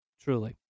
Truly